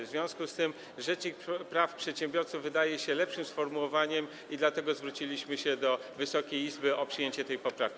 W związku z tym rzecznik praw przedsiębiorców wydaje się lepszym sformułowaniem i dlatego zwróciliśmy się do Wysokiej Izby o przyjęcie tej poprawki.